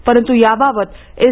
परंतू याबाबत एस